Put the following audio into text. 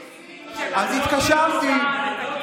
התקשרתי, להעלות או להוריד מיסים?